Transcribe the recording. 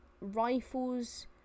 Rifles